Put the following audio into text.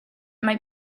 might